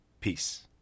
Peace